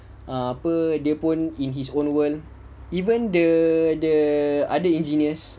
apa dia pun in his own world even the the other engineers